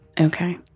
Okay